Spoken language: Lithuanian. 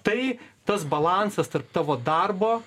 tai tas balansas tarp tavo darbo